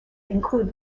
include